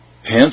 Hence